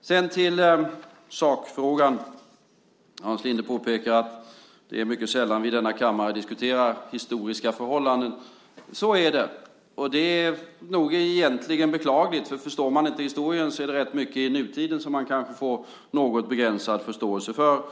Sedan till sakfrågan. Hans Linde påpekade att det är mycket sällan vi i denna kammare diskuterar historiska förhållanden. Så är det, och det är nog egentligen beklagligt, för förstår man inte historien är det rätt mycket i nutiden som man kanske får något begränsad förståelse för.